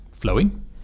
flowing